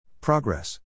Progress